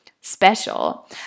special